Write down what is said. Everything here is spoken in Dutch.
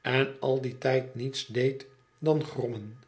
en al dien tijd niets deed dan grommen